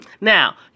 Now